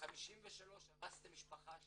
בן 53, הרסתי את המשפחה שלי,